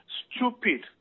stupid